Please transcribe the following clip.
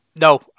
No